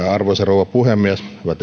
arvoisa rouva puhemies hyvät